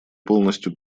полностью